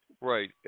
Right